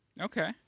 Okay